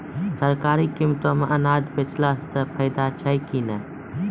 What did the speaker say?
सरकारी कीमतों मे अनाज बेचला से फायदा छै कि नैय?